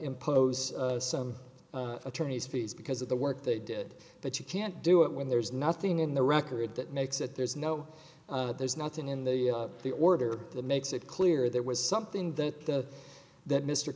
impose some attorney's fees because of the work they did but you can't do it when there's nothing in the record that makes it there's no there's nothing in the the order that makes it clear there was something that that mr